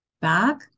back